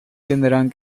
tendrán